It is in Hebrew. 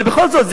אבל בכל זאת,